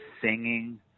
singing